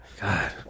God